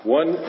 one